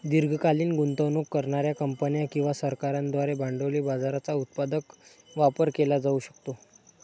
दीर्घकालीन गुंतवणूक करणार्या कंपन्या किंवा सरकारांद्वारे भांडवली बाजाराचा उत्पादक वापर केला जाऊ शकतो